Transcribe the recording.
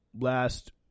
last